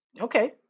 okay